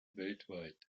weltweit